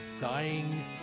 dying